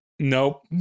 Nope